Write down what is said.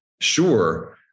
Sure